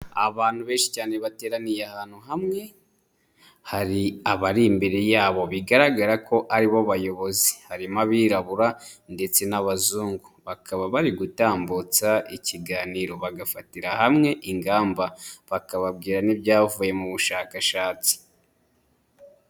Abantu benshi cyane bateraniye ahantu hamwe hari abari imbere yabo bigaragara ko ari bo bayobozi, harimo abirabura ndetse n'abazungu, bakaba bari gutambutsa ikiganiro bagafatira hamwe ingamba bakababwira n'ibyavuye mu bushakashatsi.